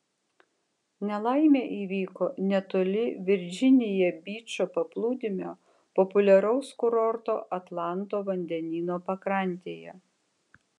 nelaimė įvyko netoli virdžinija byčo paplūdimio populiaraus kurorto atlanto vandenyno pakrantėje